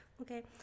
Okay